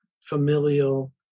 familial